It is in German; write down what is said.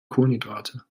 kohlenhydrate